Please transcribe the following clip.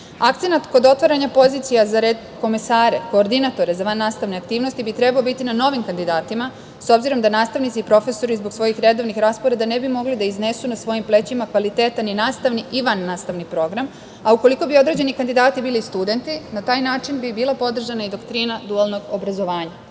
kod otvaranja pozicija za redkomesare, koordinatore za vannastavne aktivnosti, bi trebao biti na novim kandidatima, s obzirom da nastavnici i profesori zbog svojih redovnih rasporeda ne bi mogli da iznesu na svojim plećima kvalitetan i nastavni i vannastavni program, a ukoliko bi određeni kandidati bili studenti, na taj način bi bila podržana i doktrina dualnog obrazovanja. Naravno